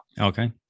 Okay